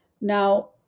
Now